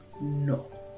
no